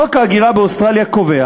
חוק ההגירה באוסטרליה קובע